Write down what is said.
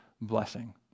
blessing